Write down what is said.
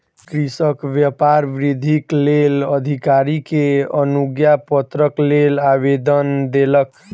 कृषक व्यापार वृद्धिक लेल अधिकारी के अनुज्ञापत्रक लेल आवेदन देलक